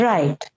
Right